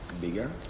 bigger